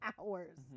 hours